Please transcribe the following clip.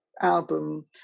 album